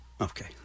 Okay